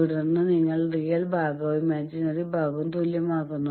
തുടർന്ന് നിങ്ങൾ റിയൽ ഭാഗവും ഇമാജിനറി ഭാഗവും തുല്യമാക്കുന്നു